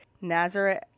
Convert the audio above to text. Nazareth